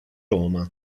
roma